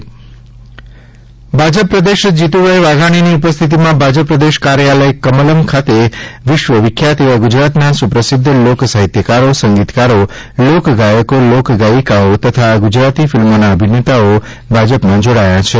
ભાજપમાં જોડાયા ભાજપ પ્રદેશ શ્રી જીતુભાઇ વાઘાગ્રીની ઉપસ્થિતિમાં ભાજપ પ્રદેશ કાર્યાલય કમલમ ખાતે વિશ્વ વિખ્યાત એવા ગુજરાતના સુપ્રસિદ્ધ લોકસાહિત્યકારો સંગીતકારો લોકગાયક લોકગાયિકા તથા ગુજરાતી ફિલ્મોના અભિનેતા જોડાયા છે